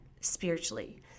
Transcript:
spiritually